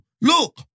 Look